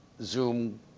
Zoom